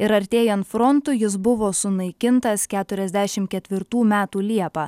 ir artėjant frontui jis buvo sunaikintas keturiasdešim ketvirtų metų liepą